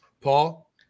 Paul